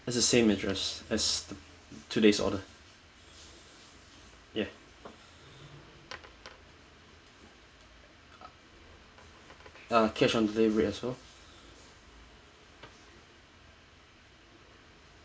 is the same address as today's order ya uh cash on the delivery also